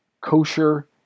kosher